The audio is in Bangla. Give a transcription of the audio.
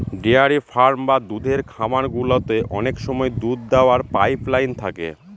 ডেয়ারি ফার্ম বা দুধের খামার গুলোতে অনেক সময় দুধ দোওয়ার পাইপ লাইন থাকে